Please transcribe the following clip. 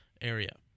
area